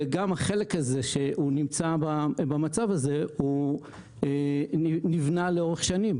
גם החלק שנמצא במצב הזה, נבנה לאורך שנים.